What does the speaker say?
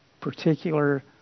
particular